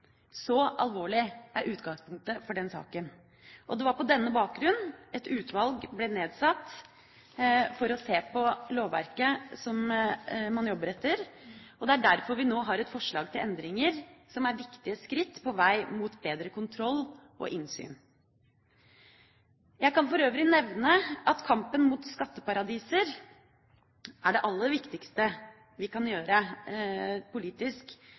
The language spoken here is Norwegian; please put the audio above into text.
Så alvorlig er utgangspunktet for denne saken. Det var på denne bakgrunn et utvalg ble nedsatt for å se på lovverket man jobber etter, og det er derfor vi nå har et forslag til endringer som er viktige skritt på vei mot bedre kontroll og innsyn. Jeg kan for øvrig nevne at kampen mot skatteparadiser er det aller viktigste vi kan gjøre politisk